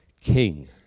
king